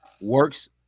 works